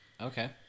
Okay